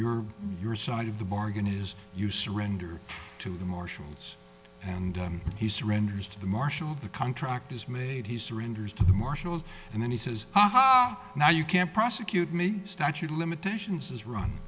your side of the bargain is you surrender to the marshals and he surrenders to the marshal the contract is made he surrenders to the marshals and then he says aha now you can't prosecute me statute of limitations has run